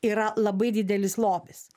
yra labai didelis lobis